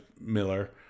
Miller